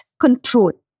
control